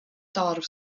dorf